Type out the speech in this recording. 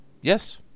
Yes